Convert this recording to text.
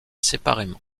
séparément